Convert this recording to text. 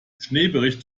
schneebericht